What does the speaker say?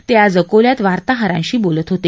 ते आज अकोल्यात वार्ताहरांशी बोलत होते